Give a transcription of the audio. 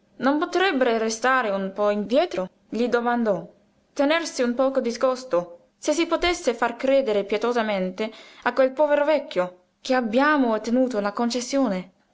non potrebbero restare un po indietro gli domandò tenersi un poco discosti se si potesse far credere pietosamente a quel povero vecchio che abbiamo ottenuto la concessione